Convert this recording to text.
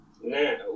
now